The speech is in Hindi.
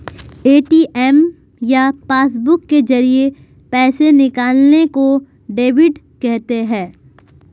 ए.टी.एम या पासबुक के जरिये पैसे निकालने को डेबिट कहते हैं